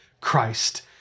Christ